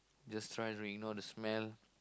just try to ignore the smell